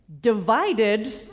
divided